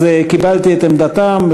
קיבלתי את עמדתם,